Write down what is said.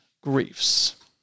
griefs